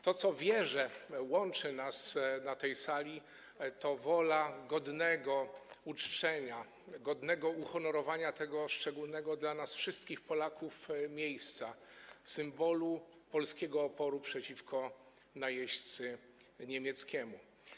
To, co, wierzę, łączy nas na tej sali, to wola godnego uczczenia, godnego uhonorowania tego szczególnego dla nas wszystkich Polaków miejsca, symbolu polskiego oporu wobec najeźdźcy niemieckiego.